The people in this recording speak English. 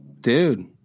Dude